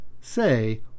say